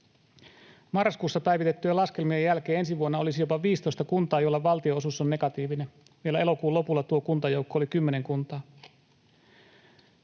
Marraskuussa päivitettyjen laskelmien jälkeen ensi vuonna olisi jopa 15 kuntaa, joilla valtionosuus on negatiivinen. Vielä elokuun lopulla tuo kuntajoukko oli 10 kuntaa.